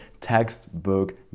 textbook